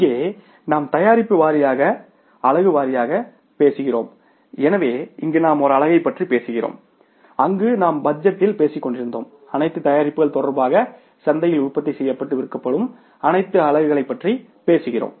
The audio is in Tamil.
இங்கே நாம் தயாரிப்பு வாரியாக அலகு வாரியாகப் பேசுகிறோம் எனவே இங்கே நாம் ஒரு அலகைப் பற்றி பேசுகிறோம் அங்கு நாம் பட்ஜெட்டில் பேசிக் கொண்டிருந்தோம் அனைத்து தயாரிப்புகள் தொடர்பாக சந்தையில் உற்பத்தி செய்யப்பட்டு விற்கப்படும் அனைத்து அலகுகளை பற்றி பேசுகிறோம்